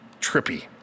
trippy